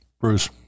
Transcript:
Bruce